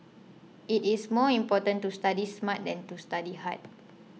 it is more important to study smart than to study hard